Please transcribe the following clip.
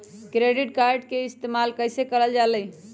Credit card के इस्तेमाल कईसे करल जा लई?